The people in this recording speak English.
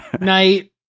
night